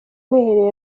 mwiherero